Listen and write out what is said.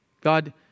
God